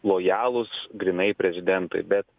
lojalūs grynai prezidentui bet